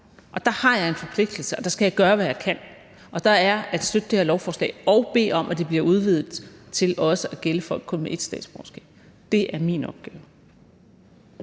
Der har jeg en forpligtelse, og der skal jeg gøre, hvad jeg kan. Og der er det min opgave at støtte det her lovforslag og bede om, at det bliver udvidet til også at gælde for folk med kun ét statsborgerskab. Kl. 12:53 Første